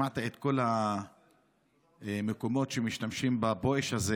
שמעת את כל המקומות שמשתמשים בבואש הזה